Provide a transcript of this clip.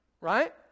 Right